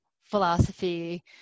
philosophy